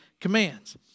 commands